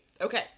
okay